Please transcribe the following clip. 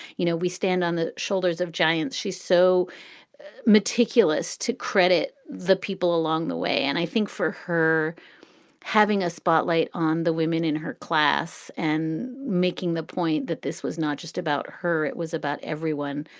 you know, we stand on the shoulders of giants. she's so meticulous to credit the people along the way. and i think for her having a spotlight on the women in her class and making the point that this was not just about her, it was about everyone.